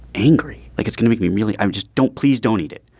angry like it's gonna make me really. i just don't please don't eat it.